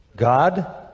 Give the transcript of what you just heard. God